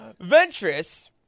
Ventress